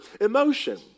emotion